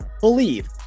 Believe